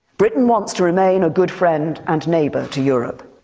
britain wants to remain a good friend and neighbour to europe,